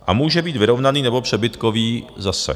A může být vyrovnaný nebo přebytkový zase.